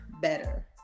better